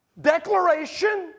declaration